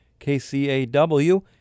KCAW